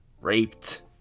raped